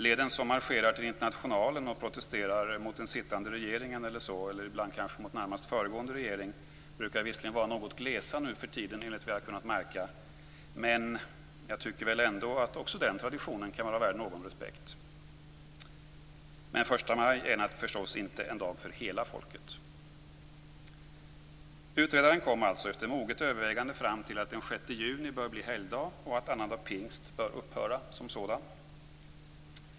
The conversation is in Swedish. Leden som marscherar till Internationalen och protesterar mot den sittande regeringen, eller kanske mot närmast föregående regering, brukar visserligen enligt vad jag har kunnat märka vara något glesa nu för tiden, men jag tycker ändå att också den traditionen kan vara värd någon respekt. Men första maj är förstås inte en dag för hela folket. Utredaren kom alltså efter moget övervägande fram till att den 6 juni bör bli helgdag och att annandag pingst bör upphöra som sådan.